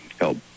help